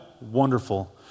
Wonderful